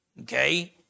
okay